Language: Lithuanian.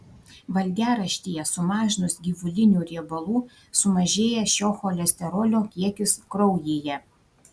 valgiaraštyje sumažinus gyvulinių riebalų sumažėja šio cholesterolio kiekis kraujyje